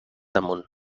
damunt